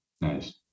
Nice